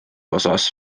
osas